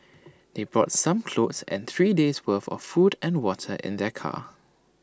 they brought some clothes and three days' worth of food and water in their car